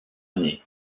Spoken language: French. années